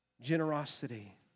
Generosity